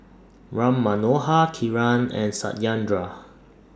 Ram Manohar Kiran and Satyendra